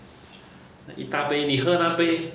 一大杯你喝那杯